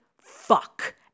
fuck